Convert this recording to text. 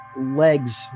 legs